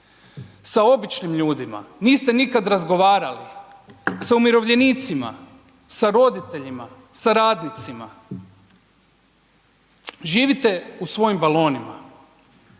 Sa običnim ljudima niste nikad razgovarali, sa umirovljenicima, sa roditeljima, sa radnicima. Živite u svojim balonima.